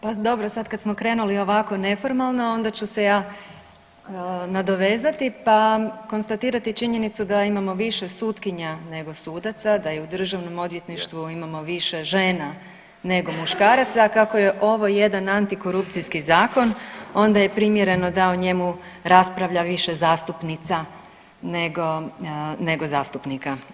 Pa dobro, sad kad smo krenuli ovako neformalno onda ću se ja nadovezati pa konstatirati činjenicu da imamo više sutkinja nego sudaca, da i u Državnom odvjetništvu imamo više žena nego muškaraca, a kako je ovo jedan antikorupcijski zakon onda je primjereno da o njemu raspravlja više zastupnica nego zastupnika.